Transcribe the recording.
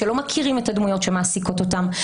שלא מכירים את הדמויות שמעסיקות אותם,